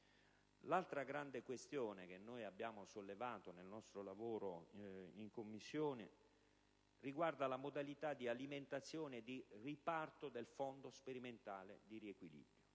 L'altra grande questione che abbiamo sollevato nel nostro lavoro in Commissione riguarda le modalità di alimentazione e di riparto del fondo sperimentale di riequilibrio,